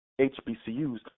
HBCUs